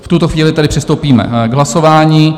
V tuto chvíli tedy přistoupíme k hlasování.